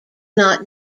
not